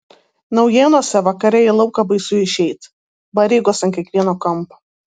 naujėnuose vakare į lauką baisu išeit barygos ant kiekvieno kampo